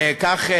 וכך,